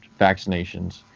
vaccinations